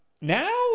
now